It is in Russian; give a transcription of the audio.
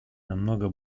намного